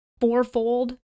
Fourfold